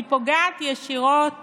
היא פוגעת ישירות